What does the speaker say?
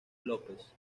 lópez